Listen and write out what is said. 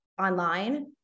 online